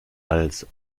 als